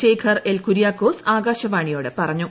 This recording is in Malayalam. ശേഖർ എൽ കുര്യാക്കോസ് ആകാശവാണിയോട് പറഞ്ഞു